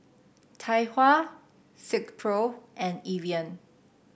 Tai Hua Silkpro and Evian